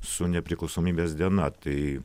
su nepriklausomybės diena tai